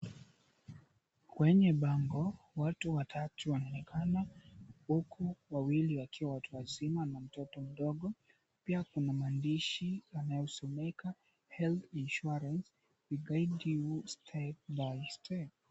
Kwenye bango, watu watatu wanaonekana. Huku wawili wakiwa watu wazima, na mtoto mdogo. Pia kuna maandishi yanayosomeka, Health Insurance, We guide you step by step.